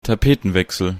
tapetenwechsel